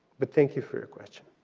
but thank you for your question.